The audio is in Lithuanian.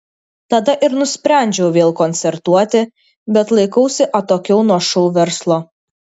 tada ir nusprendžiau vėl koncertuoti bet laikausi atokiau nuo šou verslo